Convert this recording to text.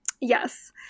Yes